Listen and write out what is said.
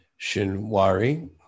Shinwari